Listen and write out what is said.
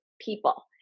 people